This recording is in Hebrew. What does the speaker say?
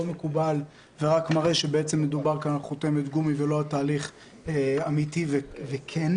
מקובל ומראה שמדובר כאן על חותמת גומי ולא על תהליך אמיתי וכן.